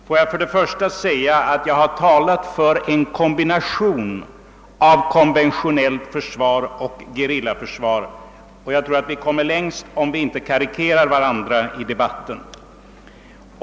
Får jag påpeka att jag talade om en kombination av konventionellt försvar och gerillaförsvar. Jag tror att vi kommer längst om vi i debatten inte karikerar varandra.